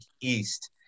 East